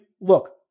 Look